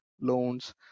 loans